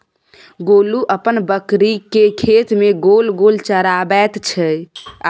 गोलू अपन बकरीकेँ खेत मे गोल गोल चराबैत छै